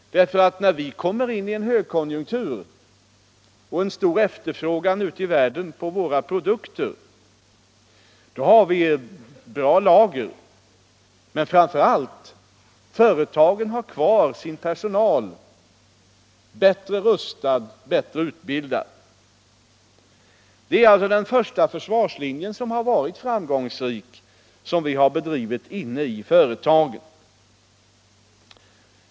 När vi åter kommer in i en högkonjunktur och det ute i världen blir stor efterfrågan på våra produkter, så har vi bra lager. Men framför allt har företagen kvar sin personal, och den är bättre rustad och utbildad. Detta är alltså den första försvarslinjen, och den har varit framgångsrik.